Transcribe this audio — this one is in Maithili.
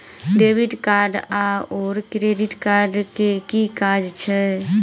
डेबिट कार्ड आओर क्रेडिट कार्ड केँ की काज छैक?